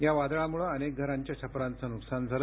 या वादळामुळे अनेक घरांच्या छप्परांचं नुकसान झालं